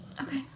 Okay